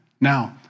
Now